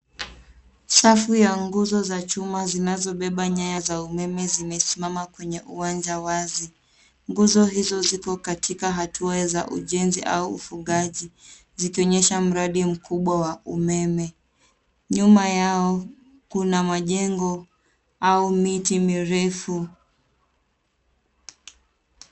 Safu ya nguzo za chuma zinazobeba nyaya za umeme zimesimama kwenye uwanja wazi. Nguzo hizo ziko katika hatua za ujenzi au ufugaji, zikionyesha mradi mkubwa wa umeme. Nyuma yao kuna majengo au miti mirefu.